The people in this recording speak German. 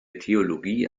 theologie